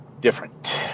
different